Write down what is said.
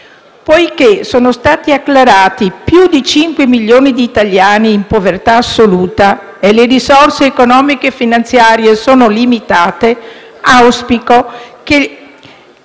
Poiché sono stati acclarati più di 5 milioni di italiani in povertà assoluta, e le risorse economiche e finanziarie sono limitate, auspico che